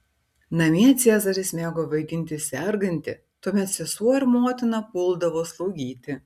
namie cezaris mėgo vaidinti sergantį tuomet sesuo ir motina puldavo slaugyti